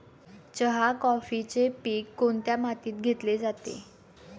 चहा, कॉफीचे पीक कोणत्या मातीत घेतले जाते?